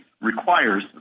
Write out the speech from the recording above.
requires